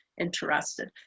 interested